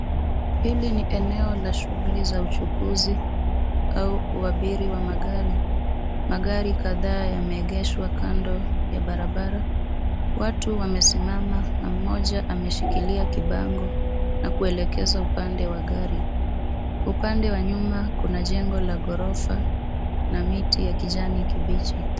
Hili ni eneo la shughuli za uchukuzi au uabiri wa magari. Magari kadhaa yameegeshwa kando ya barabara. Watu wamesimama na mmoja ameshikilia kibango na kuelekeza upande wa gari. Kwa upande wa nyuma kuna jengo la ghorofa na miti ya kijani kibichi.